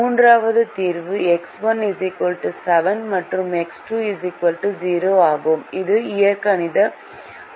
மூன்றாவது தீர்வு எக்ஸ் 1 7 மற்றும் எக்ஸ் 2 0 ஆகும் இது இயற்கணித முறையில் சாத்தியமற்றது